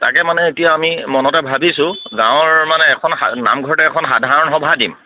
তাকে মানে এতিয়া আমি মনতে ভাবিছোঁ গাঁৱৰ মানে এখন নামঘৰতে এখন সাধাৰণ সভা দিম